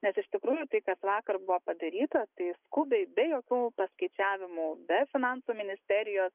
nes iš tikrųjų tai kas vakar buvo padaryta tai skubiai be jokių paskaičiavimų be finansų ministerijos